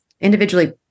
Individually